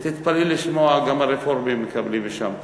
ותתפלאי לשמוע, גם הרפורמים מקבלים משם כסף.